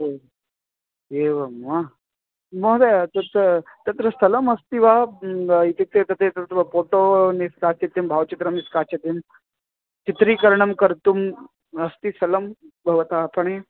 ओ एवं वा महोदय तत् तत्र स्थलम् अस्ति वा इत्युक्ते तत् तत् फ़ोटो निष्कासितं भावचित्रं निष्कास्य चित्रीकरणं कर्तुम् अस्ति स्थलं भवता आपणे